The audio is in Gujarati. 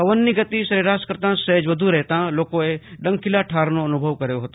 પવનની ગતિ સરેરાશ કરતા સહેજ વધુ રહેતા લોકોએ ડંખીલા ઠારનો અનુભવ કર્યો હતો